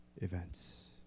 events